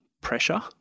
pressure